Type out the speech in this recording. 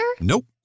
Nope